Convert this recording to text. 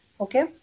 Okay